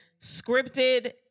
scripted